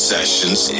Sessions